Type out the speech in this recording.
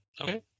Okay